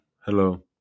hello